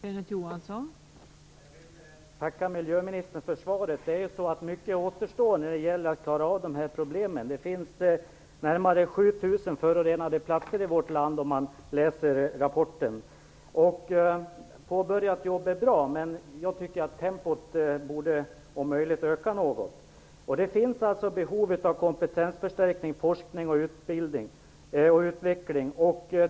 Fru talman! Jag vill tacka miljöministern för svaret. Mycket återstår när det gäller att klara av dessa problem. Det finns närmare 7 000 förorenade platser i vårt land, om man läser rapporten. Påbörjat jobb är bra. Men jag tycker att tempot borde om möjligt öka något. Det finns behov av kompetensförstärkning, forskning och utveckling.